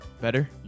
Better